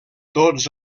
tots